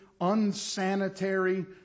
unsanitary